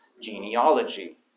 genealogy